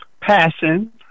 passion